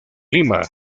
lima